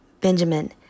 Benjamin